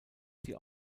sie